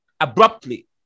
abruptly